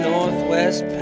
Northwest